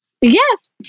Yes